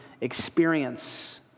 experience